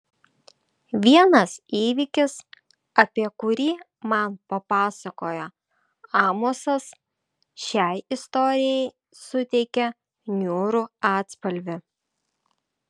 vienas įvykis apie kurį man papasakojo amosas šiai istorijai suteikia niūrų atspalvį